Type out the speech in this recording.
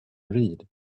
read